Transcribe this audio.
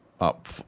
up